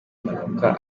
mpanuka